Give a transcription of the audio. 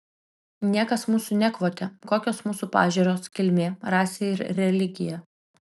niekas mūsų nekvotė kokios mūsų pažiūros kilmė rasė ir religija